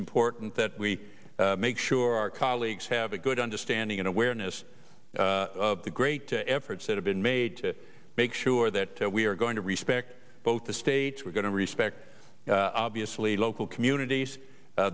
important that we make sure our colleagues have a good understanding and awareness of the great efforts that have been made to make sure that we are going to respect both the states we're going to respect obviously local communities